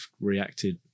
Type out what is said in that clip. reacted